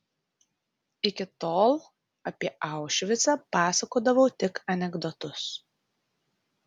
iki tol apie aušvicą pasakodavau tik anekdotus